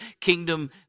kingdom